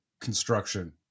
construction